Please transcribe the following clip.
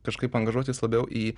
kažkaip angažuotis labiau į